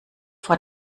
vor